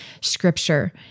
scripture